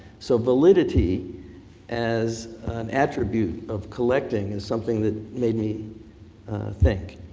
so validity as an attribute of collecting is something that made me think.